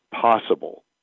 possible